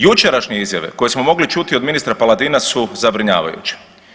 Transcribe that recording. Jučerašnje izjave koje smo mogli čuti od ministra Paladina su zabrinjavajuće.